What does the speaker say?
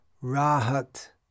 rahat